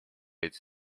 its